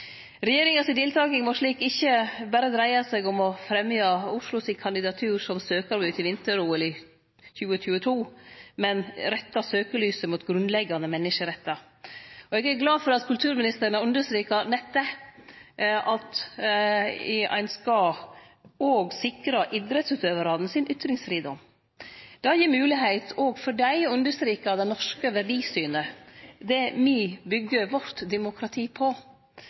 Regjeringa si deltaking må slik ikkje berre dreie seg om å fremje Oslo sitt kandidatur som søkar til vinter-OL i 2022, men òg rette søkelyset mot grunnleggjande menneskerettar. Eg er glad for at kulturministeren har understreka nett det, at ein òg skal sikre idrettsutøvarane sin ytringsfridom. Det gir moglegheit òg for dei til å understreke det norske verdisynet, det me byggjer vårt demokrati på,